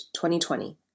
2020